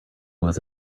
was